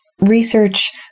research